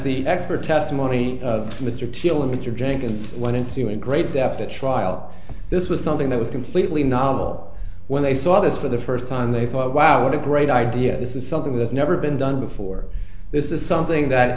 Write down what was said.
the expert testimony of mr teal immature jenkins went into a great depth to trial this was something that was completely novel when they saw this for the first time they thought wow what a great idea this is something that's never been done before this is something that